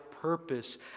purpose